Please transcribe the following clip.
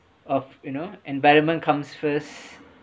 of you know environment comes first